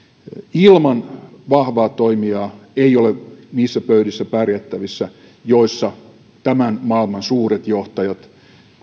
ilman vahvaa toimijaa ei ole niissä pöydissä pärjättävissä joissa tämän maailman suuret johtajat